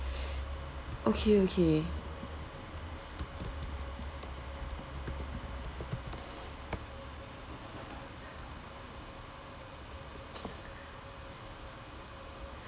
okay okay